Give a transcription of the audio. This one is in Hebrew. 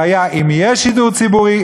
והיה אם יהיה שידור ציבורי,